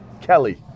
Kelly